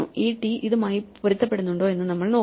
ഈ ടി ഇതുമായി പൊരുത്തപ്പെടുന്നുണ്ടോ എന്ന് നമ്മൾ നോക്കും